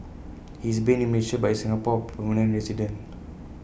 he is based in Malaysia but is A Singapore permanent resident